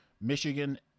Michigan